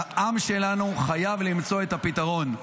והעם שלנו חייב למצוא את הפתרון,